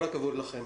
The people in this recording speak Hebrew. כל הכבוד לכם.